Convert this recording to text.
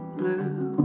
blue